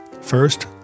First